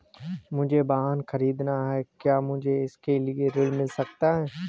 मुझे वाहन ख़रीदना है क्या मुझे इसके लिए ऋण मिल सकता है?